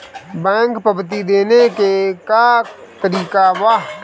Bank पवती देखने के का तरीका बा?